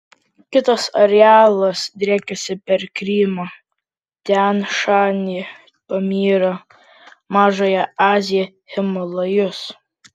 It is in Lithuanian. kitas arealas driekiasi per krymą tian šanį pamyrą mažąją aziją himalajus